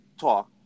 talk